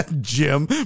Jim